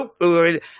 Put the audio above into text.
nope